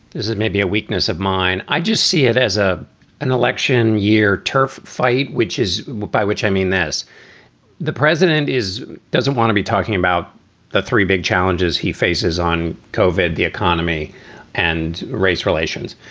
is maybe a weakness of mine. i just see it as a an election year turf fight, which is by which i mean this the president is doesn't want to be talking about the three big challenges he faces on covid the economy and race relations.